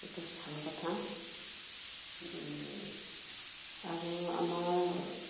ভাল কথা আৰু আমাৰ